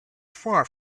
far